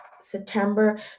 September